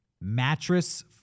mattress